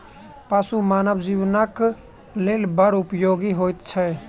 पशु मानव जीवनक लेल बड़ उपयोगी होइत छै